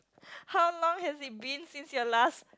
how long has it been since your last